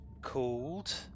Called